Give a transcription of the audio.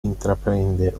intraprende